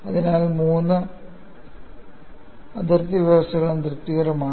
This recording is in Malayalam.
അതിനാൽ മൂന്ന് അതിർത്തി വ്യവസ്ഥകളും തൃപ്തികരമാണ്